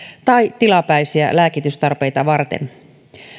tai tilapäisiä lääkitystarpeita varten